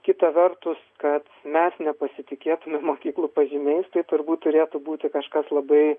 kita vertus kad mes nepasitikėtumėm mokyklų pažymiais tai turbūt turėtų būti kažkas labai